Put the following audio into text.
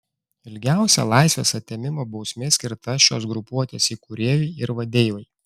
ilgiausia laisvės atėmimo bausmė skirta šios grupuotės įkūrėjui ir vadeivai